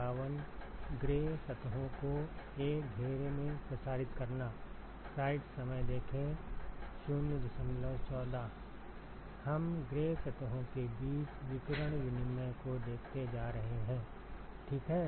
हम ग्रे सतहों के बीच विकिरण विनिमय को देखने जा रहे हैं ठीक है